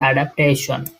adaptation